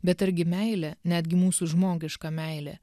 bet argi meilė netgi mūsų žmogiška meilė